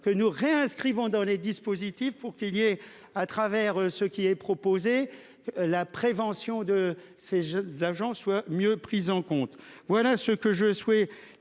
que nous réinscrivant dans les dispositifs pour qu'il ait à travers ce qui est proposé. La prévention de ces jeunes agents soient mieux prises en compte. Voilà ce que je souhait